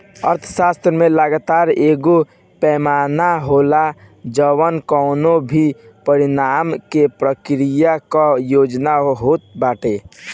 अर्थशास्त्र में लागत एगो पैमाना होला जवन कवनो भी परिणाम के प्रक्रिया कअ योग होत बाटे